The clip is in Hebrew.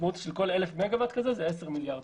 המשמעות היא שכל 1,000 מגה-ואט כזה זה 10 מיליארד.